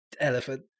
elephant